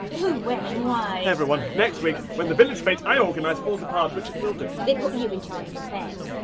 who, when and why? everyone, next week, when the village fete i organise falls apart which it will do. they put you in charge of a fete?